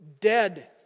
dead